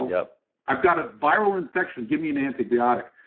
yeah i've got a viral infection, give me an antibiotic.